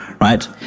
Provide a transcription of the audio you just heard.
Right